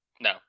no